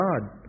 God